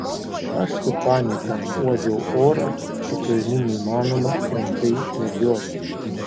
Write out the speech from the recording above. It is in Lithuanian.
aš su panieka uodžiau orą su tavimi neįmanoma rimtai medžioti